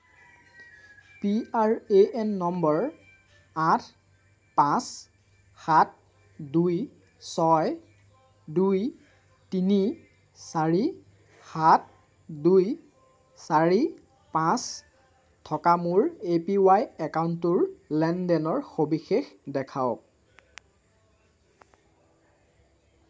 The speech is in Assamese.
P R A N number আঠ পাঁচ সাত দুই ছয় দুই তিনি চাৰি সাত দুই চাৰি পাঁচ থকা মোৰ এ পি ৱাই একাউণ্টটোৰ লেনদেনৰ সবিশেষ দেখুৱাওক